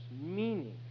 Meaning